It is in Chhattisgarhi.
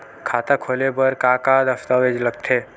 खाता खोले बर का का दस्तावेज लगथे?